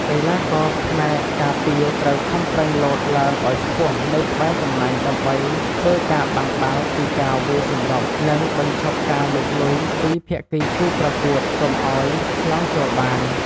កីឡាករផ្នែកការពារត្រូវខំប្រឹងលោតឡើងឱ្យខ្ពស់នៅក្បែរសំណាញ់ដើម្បីធ្វើការបាំងបាល់ពីការវាយសម្រុក និង បញ្ឈប់ការលុកលុយពីភាគីគូប្រកួតកុំឱ្យឆ្លងចូលបាន។